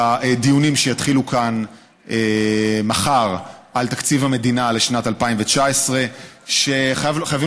בדיונים שיתחילו כאן מחר על תקציב המדינה לשנת 2019. וחייבים